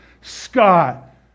Scott